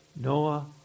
Noah